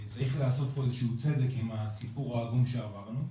שצריך לעשות איזה שהוא צדק עם הסיפור העגום שעברנו,